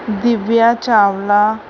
Divya Chawla